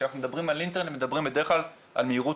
כשאנחנו מדברים על אינטרנט מדברים בדרך כלל על מהירות